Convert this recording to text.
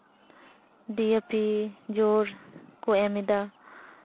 DAP ᱡᱳᱨ ᱠᱚ ᱮᱢ ᱮᱫᱟ